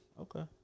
Okay